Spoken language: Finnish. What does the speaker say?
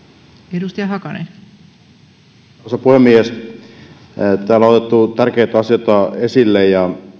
arvoisa puhemies täällä on otettu tärkeitä asioita esille ja